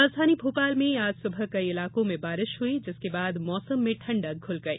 राजधानी भोपाल में आज सुबह कई इलाकों में बारिश हुई जिसके बाद मौसम में ठण्डक घुल गई